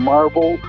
Marvel